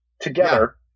together